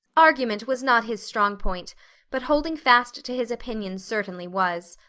argument was not his strong point, but holding fast to his opinion certainly was.